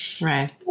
Right